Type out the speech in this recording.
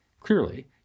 Clearly